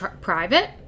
private